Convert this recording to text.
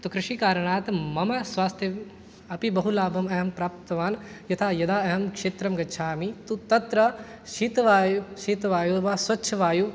तु कृषिकारणात् मम स्वास्थ्यम् अपि बहु लाभं अहं प्राप्तवान् यथा यदा अहं क्षेत्रं गच्छामि तु तत्र शीतवायुः शीतवायुः वा स्वच्छवायुः